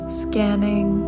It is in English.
scanning